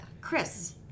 chris